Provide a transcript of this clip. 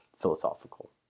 philosophical